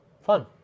fun